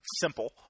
simple